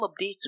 updates